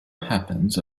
happens